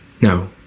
No